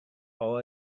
all